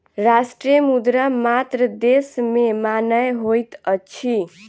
राष्ट्रीय मुद्रा मात्र देश में मान्य होइत अछि